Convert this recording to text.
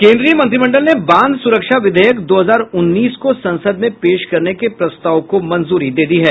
केन्द्रीय मंत्रिमंडल ने बांध सुरक्षा विधेयक दो हजार उन्नीस को संसद में पेश करने के प्रस्ताव को मंजूरी दे दी है